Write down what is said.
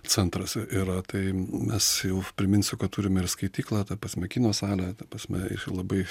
centras yra tai mes jau priminsiu kad turime ir skaityklą ta prasme kino salę ta prasme ir labai